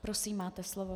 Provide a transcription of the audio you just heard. Prosím, máte slovo.